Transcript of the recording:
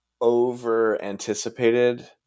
over-anticipated